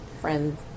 Friends